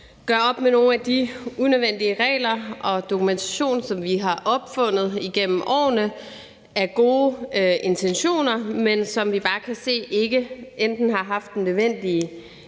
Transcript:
gøre op med nogle af de unødvendige regler og dokumentation, som vi har opfundet igennem årene med gode intentioner, men som vi bare kan se enten ikke har haft den nødvendige